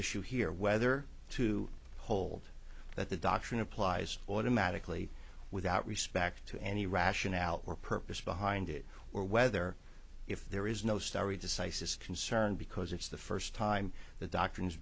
issue here whether to hold that the doctrine applies automatically without respect to any rationale or purpose behind it or whether if there is no starry decisis concern because it's the first time that doctrine